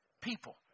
people